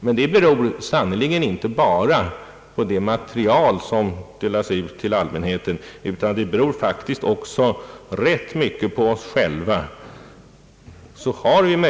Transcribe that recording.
Men det beror sannerligen inte bara på det material som delas ut till allmänheten utan det beror faktiskt rätt mycket på oss själva.